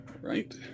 Right